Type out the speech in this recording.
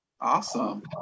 Awesome